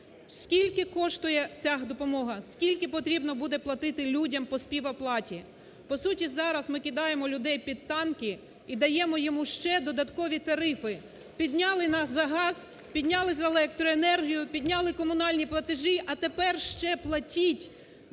скільки коштує ця допомога, скільки потрібно буде платити людям по співоплаті. По суті, зараз ми кидаємо людей під танки і даємо йому ще додаткові тарифи, підняли у нас за газ, підняли за електроенергію, підняли комунальні платежі, а тепер ще платіть